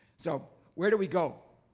so where do we go?